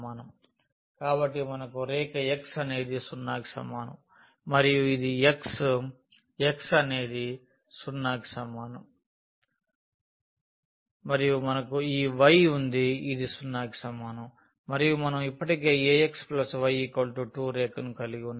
కాబట్టి మనకు రేఖ x అనేది 0 కి సమానం మరియు ఇది x x అనేది 0 కి సమానం మరియు మనకు ఈ y వుంది ఇది 0 కి సమానం మరియు మనం ఇప్పటికే ax y 2 రేఖను కలిగివున్నాం